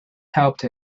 helped